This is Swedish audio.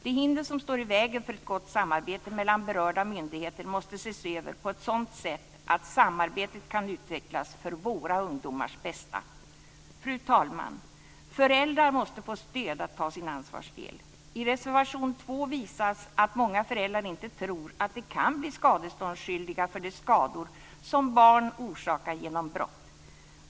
De hinder som står i vägen för ett gott samarbete mellan berörda myndigheter måste ses över på ett sådant sätt att samarbetet kan utvecklas för våra ungdomars bästa. Fru talman! Föräldrar måste få stöd när det gäller att ta sin ansvarsdel! I reservation 2 visas att många föräldrar inte tror att de kan bli skadeståndsskyldiga för skador som barn orsakar genom brott.